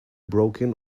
broken